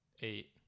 Eight